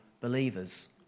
believers